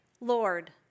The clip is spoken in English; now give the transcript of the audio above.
Lord